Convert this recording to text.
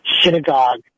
synagogue